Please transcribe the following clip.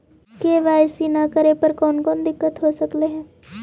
KYC न करे पर कौन कौन दिक्कत हो सकले हे?